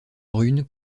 brunes